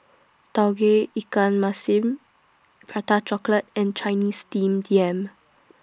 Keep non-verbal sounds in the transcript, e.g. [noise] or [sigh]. Tauge [noise] Ikan Masin Prata Chocolate and [noise] Chinese Steamed Yam